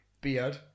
beard